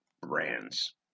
brands